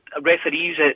referees